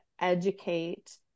educate